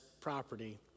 property